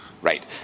Right